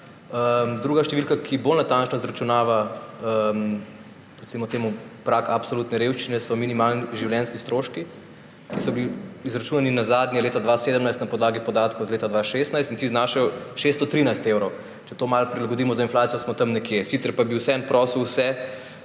Druga številka, ki bolj natančno izračunava, recimo temu, prag absolutne revščine, so minimalni življenjski stroški, ki so bili izračunani nazadnje leta 2017 na podlagi podatkov iz leta 2016, in ti znašajo 613 evrov. Če to malo prilagodimo za inflacijo, smo tam nekje. Sicer pa bi vseeno prosil vse,